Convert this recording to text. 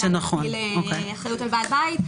שניתן להטיל אחריות על ועד הבית,